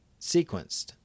sequenced